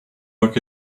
work